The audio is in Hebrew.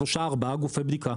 שלושה ארבעה גופי בדיקה,